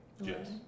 Yes